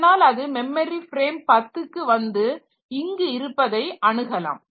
அதனால் அது memory frame 10 க்கு வந்து இங்கு இருப்பதை அணுகலாம்